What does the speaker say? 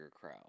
crowd